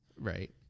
Right